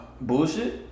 Bullshit